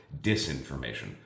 disinformation